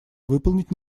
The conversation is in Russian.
выполнить